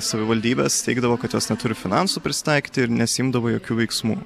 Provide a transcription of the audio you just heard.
savivaldybės teigdavo kad jos neturi finansų prisitaikyti ir nesiimdavo jokių veiksmų